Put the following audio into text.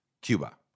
Cuba